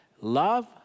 love